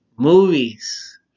movies